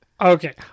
Okay